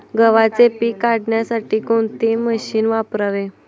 गव्हाचे पीक काढण्यासाठी कोणते मशीन वापरावे?